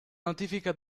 notifica